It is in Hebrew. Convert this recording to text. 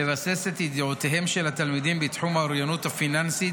לבסס את ידיעותיהם של התלמידים בתחום האוריינות הפיננסית,